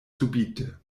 subite